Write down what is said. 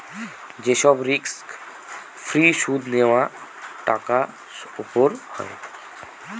যে সব risk free সুদ নেওয়া টাকার উপর হয়